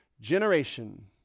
generation